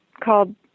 called